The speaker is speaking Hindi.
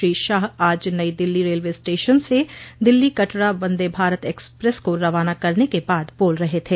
श्री शाह आज नई दिल्ली रेलवे स्टेशन से दिल्ली कटरा वंदे भारत एक्सप्रेस को रवाना करने के बाद बोल रहे थे